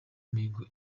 mihigo